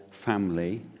family